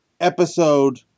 episode